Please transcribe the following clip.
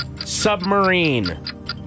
Submarine